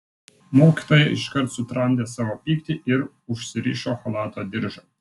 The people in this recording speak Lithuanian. mokytoja iškart sutramdė savo pyktį ir užsirišo chalato diržą